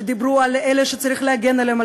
שדיברו על אלה שצריך להגן עליהם,